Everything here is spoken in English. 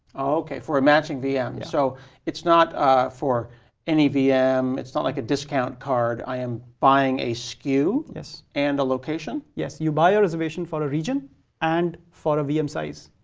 okay, for a matching vm. so it's not for any vm. it's not like a discount card. i am buying a sku. yes. and a location? yes. you buy a reservation for a region and for a vm size.